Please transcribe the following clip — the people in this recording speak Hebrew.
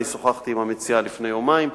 שוחחתי עם המציעה לפני יומיים,